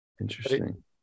Interesting